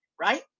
right